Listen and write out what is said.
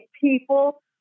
people